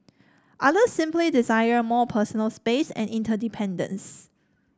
others simply desire more personal space and independence